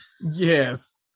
Yes